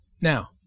Now